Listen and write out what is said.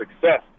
success